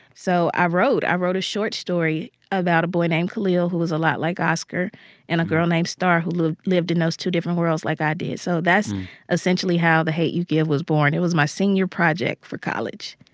so i ah wrote. i wrote a short story about a boy named khalil, who was a lot like oscar and a girl named starr, who lived lived in those two different worlds like i did. so that's essentially how the hate u give was born. it was my senior project for college